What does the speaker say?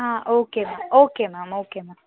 ఆ okay ma'am okay ma'am okay ma'am